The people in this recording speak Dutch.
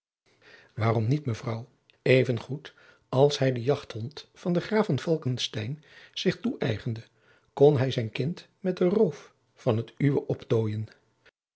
waarom niet mevrouw even goed als hij den jachthond van den graaf van falckestein zich toëeigende kon hij zijn kind met den roof van het uwe optooien